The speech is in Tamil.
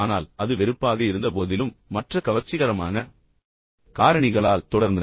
ஆனால் அது வெறுப்பாக இருந்தபோதிலும் மற்ற கவர்ச்சிகரமான காரணிகளால் அவர்கள் தொடர்ந்தனர்